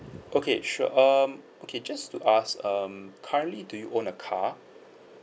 okay sure um okay just to ask um currently do you own a car